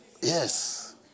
Yes